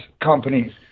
companies